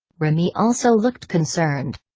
remy also looked concerned.